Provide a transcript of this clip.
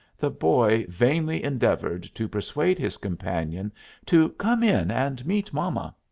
the boy vainly endeavored to persuade his companion to come in and meet mama.